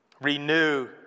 renew